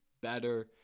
better